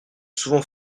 souvent